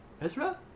Ezra